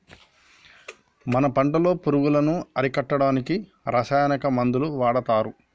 మన పంటలో పురుగులను అరికట్టడానికి రసాయన మందులు వాడతారు